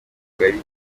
akagari